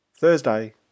Thursday